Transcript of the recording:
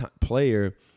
player